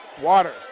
Waters